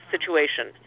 situation